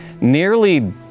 nearly